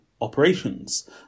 operations